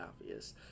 obvious